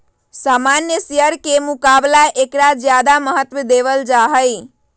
सामान्य शेयर के मुकाबला ऐकरा ज्यादा महत्व देवल जाहई